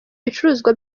ibicuruzwa